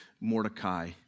Mordecai